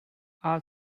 all